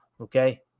Okay